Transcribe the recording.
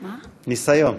ניסיון.